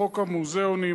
בחוק המוזיאונים,